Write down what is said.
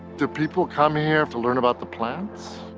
do people come here to learn about the plants?